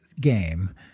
game